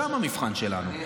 שם המבחן שלנו.